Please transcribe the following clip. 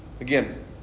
Again